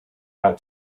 out